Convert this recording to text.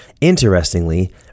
Interestingly